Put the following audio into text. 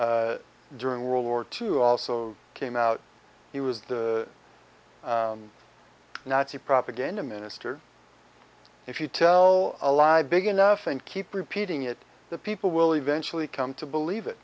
gerbils during world war two also came out he was the nazi propaganda minister if you tell a lie big enough and keep repeating it the people will eventually come to believe it